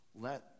Let